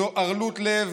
זו ערלות לב,